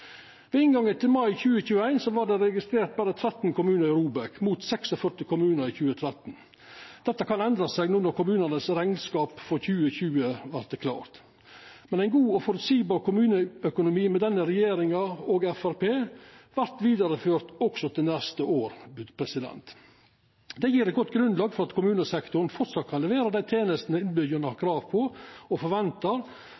ved utgangen av 2013. Ved inngangen til mai 2021 var det registrert berre 13 kommunar i ROBEK, mot 46 kommunar i 2013. Dette kan endra seg når kommunerekneskapane for 2020 vert klare. Ein god og føreseieleg kommuneøkonomi med denne regjeringa og Framstegspartiet vert vidareført også til neste år. Det gjev eit godt grunnlag for at kommunesektoren framleis kan levera dei tenestene innbyggjarane har